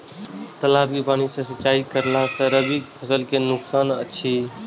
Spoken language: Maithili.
तालाब के पानी सँ सिंचाई करला स रबि फसल के नुकसान अछि?